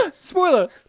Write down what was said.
Spoiler